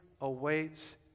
awaits